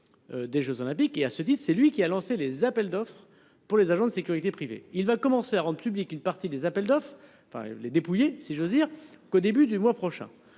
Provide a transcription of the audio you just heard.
Des Jeux olympiques et à se disent, c'est lui qui a lancé les appels d'offres pour les agents de sécurité privés. Il va commencer rend publique une partie des appels d'offres, enfin les dépouiller si j'ose dire qu'au début du mois prochain